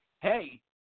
Hey